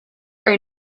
are